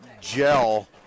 gel